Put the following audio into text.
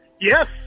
Yes